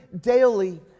daily